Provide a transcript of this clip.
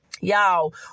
y'all